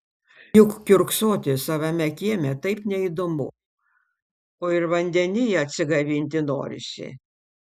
juk kiurksoti savame kieme taip neįdomu o ir vandenyje atsigaivinti norisi